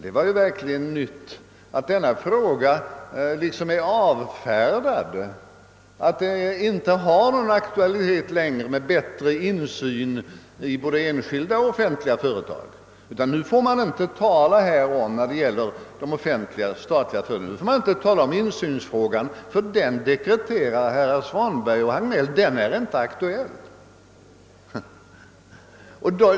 Det är verkligen något nytt att frågan om insynen i både enskilda och offentliga företag nu är avfärdad och utan aktualitet. I dag skulle man alltså inte längre få tala om insynen i offentliga företag, ty denna fråga är enligt vad herrar Svanberg och Hagnell dekreterar inte aktuell.